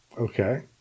Okay